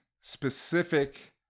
specific